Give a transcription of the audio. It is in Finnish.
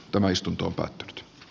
tämä istunto bot